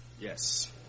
Yes